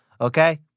okay